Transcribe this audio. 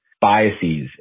Biases